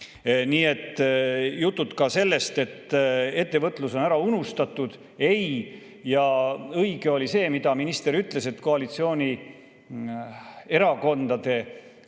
Nii et jutud sellest, et ettevõtlus on ära unustatud ... Ei ole! Õige oli see, mida minister ütles, et koalitsioonierakondade